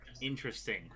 interesting